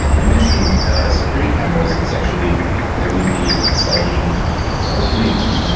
you mentioned security cameras. that's actually a really exciting opportunity.